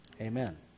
Amen